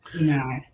no